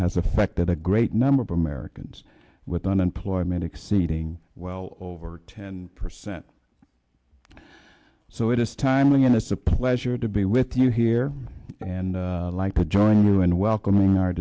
has affected a great number of americans with unemployment exceeding well over ten percent so it is timely and it's a pleasure to be with you here and like to join you in welcoming our